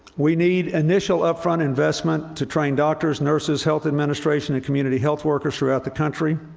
we need initial upfront investment to train doctors, nurses, health administration and community health workers throughout the country,